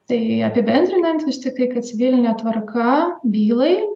tai apibendrinant vis tiktai kad civiline tvarka bylai